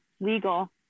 legal